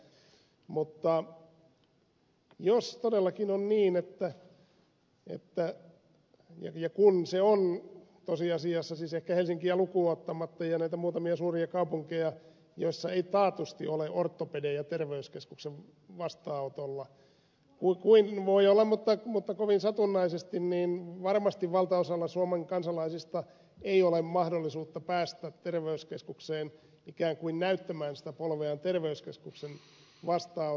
mutta jos todellakin on niin ja kun se tosiasiassa on niin ehkä helsinkiä ja näitä muutamia suuria kaupunkeja lukuun ottamatta että kunnissa ei taatusti ole ortopedejä terveyskeskuksen vastaanotolla voi olla mutta kovin satunnaisesti niin varmasti valtaosalla suomen kansalaisista ei ole mahdollisuutta päästä ikään kuin näyttämään sitä polveaan terveyskeskuksen vastaanotolle